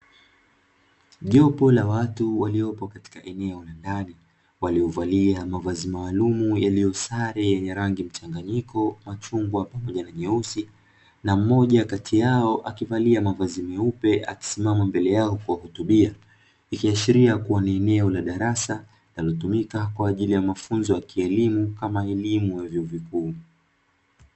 Jopo la watu waliopo katika eneo la ndani waliuvalia mavazi maalum yaliyosare yenye rangi mchanganyiko machungwa pamoja na nyeusi. Na mmoja kati yao akivalia mavazi meupe akisimama mbele yao kuwa hutubia, ikiashiria kuwa ni eneo la darasa linalotumika kwa ajili ya mafunzo ya kielimu kama elimu ya vyuo vikuu.